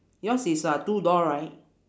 yours is a two door right